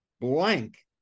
Blank